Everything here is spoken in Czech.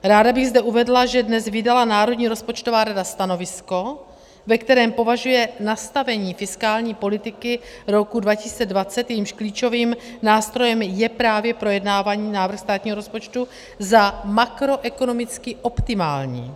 Ráda bych zde uvedla, že dnes vydala Národní rozpočtová rada stanovisko, ve kterém považuje nastavení fiskální politiky roku 2020, jejímž klíčovým nástrojem je právě projednávání návrhu státního rozpočtu, za makroekonomicky optimální.